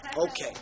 Okay